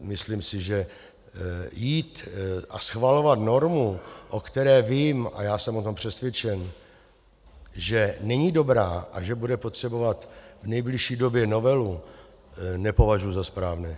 Myslím si, že jít a schvalovat normu, o které vím a já jsem o tom přesvědčen , že není dobrá a že bude potřebovat v nejbližší době novelu, nepovažuji za správné.